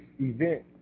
event